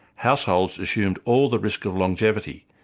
households assumed all the risk of longevity,